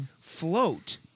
float